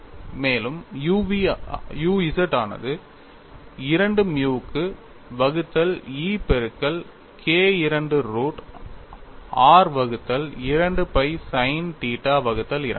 மேலும் u z ஆனது 2 மியுவுக்கு வகுத்தல் E பெருக்கல் K II root r 2 pi sin θ 2 ஆகும்